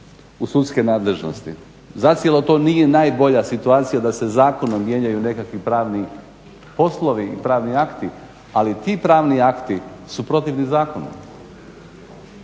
u sudske nadležnosti. Zacijelo to nije najbolja situacija da se zakonom mijenjaju nekakvi pravni poslovi i pravni akti ali ti pravni akti su protivni zakonu.